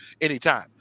anytime